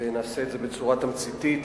ואעשה את זה בצורה תמציתית,